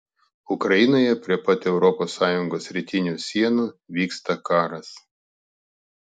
ukrainoje prie pat europos sąjungos rytinių sienų vyksta karas